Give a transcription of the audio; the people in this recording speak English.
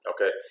Okay